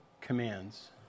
commands